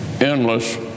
endless